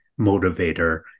motivator